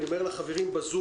אני אומר לכל החברים בזום,